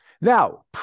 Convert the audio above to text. Now